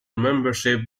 membership